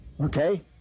Okay